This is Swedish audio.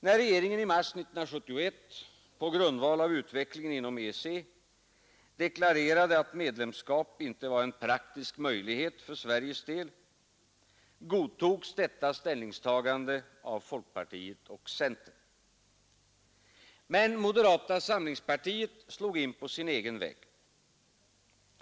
När regeringen i mars 1971 på grundval av utvecklingen inom EEC deklarerade, att medlemskap inte var en praktisk möjlighet för Sveriges del, godtogs detta ställningstagande av folkpartiet och centern. Men moderata samlingspartiet slog in på sin egen väg.